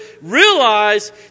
realize